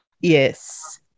Yes